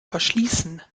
verschließen